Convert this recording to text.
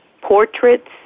Portraits